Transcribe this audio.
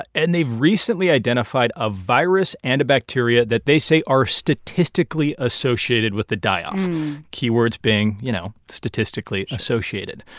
ah and they've recently identified a virus and a bacteria that they say are statistically associated with the die-off keywords being, you know, statistically associated.